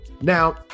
Now